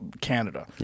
Canada